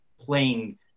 playing